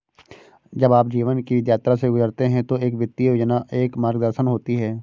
जब आप जीवन की यात्रा से गुजरते हैं तो एक वित्तीय योजना एक मार्गदर्शन होती है